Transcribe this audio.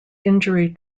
injury